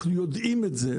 אנחנו יודעים את זה.